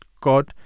God